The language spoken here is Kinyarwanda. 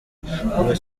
kuva